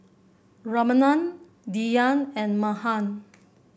Ramanand Dhyan and Mahan